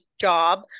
job